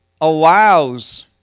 allows